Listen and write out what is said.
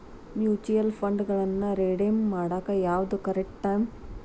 mutual ಫಂಡ್ಗಳನ್ನ redeem ಮಾಡಾಕ ಯಾವ್ದು ಕರೆಕ್ಟ್ ಟೈಮ್